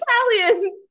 Italian